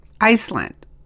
Iceland